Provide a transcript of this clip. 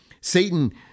Satan